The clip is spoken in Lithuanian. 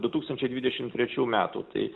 du tūkstančiai dvidešimt trečių metų tai